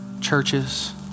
churches